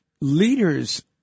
leaders